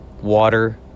water